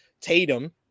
Tatum